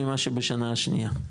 ממה שבשנה השנייה,